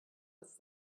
als